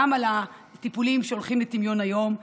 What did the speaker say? גם על הטיפולים שיורדים לטמיון היום,